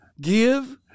give